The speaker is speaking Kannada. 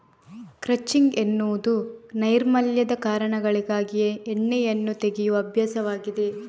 ಕ್ರಚಿಂಗ್ ಎನ್ನುವುದು ನೈರ್ಮಲ್ಯದ ಕಾರಣಗಳಿಗಾಗಿ ಉಣ್ಣೆಯನ್ನು ತೆಗೆಯುವ ಅಭ್ಯಾಸವಾಗಿದೆ